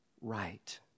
right